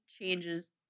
changes